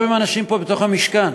גם עם אנשים פה בתוך המשכן,